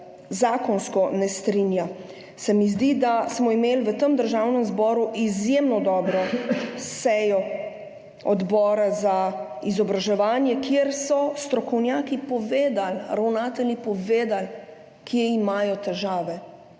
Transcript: zakonsko ne strinja. Zdi se mi, da smo imeli v Državnem zboru izjemno dobro sejo odbora za izobraževanje, kjer so strokovnjaki in ravnatelji povedali, kje imajo težave